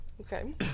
Okay